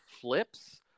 flips